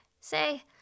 Say